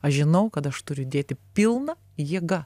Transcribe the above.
aš žinau kad aš turiu dėti pilna jėga